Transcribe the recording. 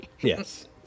Yes